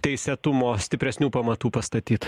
teisėtumo stipresnių pamatų pastatyt